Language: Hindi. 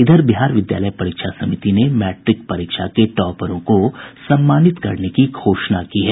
इधर बिहार विद्यालय परीक्षा समिति ने मैट्रिक परीक्षा के टॉपरों को सम्मानित करने की घोषणा की है